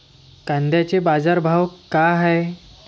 कांद्याचे बाजार भाव का हाये?